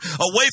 away